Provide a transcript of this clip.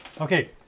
Okay